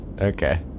Okay